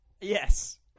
Yes